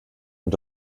und